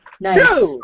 Nice